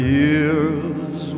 years